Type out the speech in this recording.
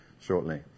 shortly